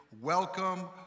Welcome